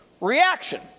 reaction